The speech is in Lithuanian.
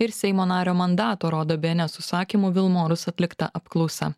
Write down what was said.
ir seimo nario mandato rodo bns užsakymu vilmorus atlikta apklausa